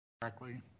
correctly